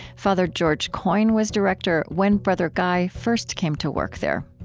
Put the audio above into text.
father george coyne was director when brother guy first came to work there.